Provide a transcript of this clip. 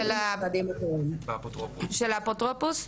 של האפוטרופוס?